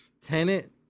tenant